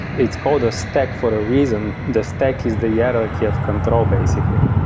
it's called a stack for a reason. the stack is the yeah hierarchy of control basically